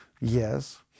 Yes